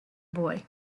boy